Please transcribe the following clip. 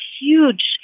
huge